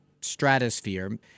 stratosphere